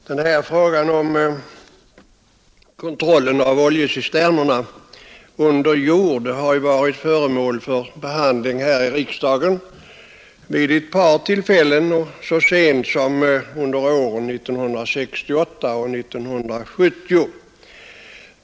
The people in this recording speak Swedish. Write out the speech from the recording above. Herr talman! Frågan om kontrollen av oljecisternerna under jord har varit föremål för behandling här i riksdagen vid ett par tillfällen och så sent som åren 1968 och 1970.